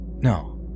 no